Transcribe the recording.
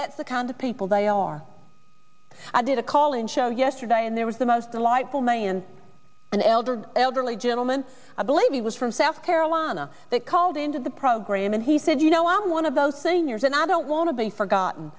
that's the kind of people they are i did a call in show yesterday and there was the most delightful man and eldred elderly gentleman i believe he was from south carolina that called in to the program and he said you know i'm one of those thing years and i don't want to be forgotten